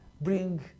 bring